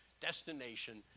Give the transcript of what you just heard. destination